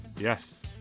Yes